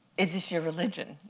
is this your religion?